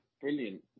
Brilliant